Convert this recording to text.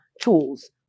tools